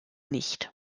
nicht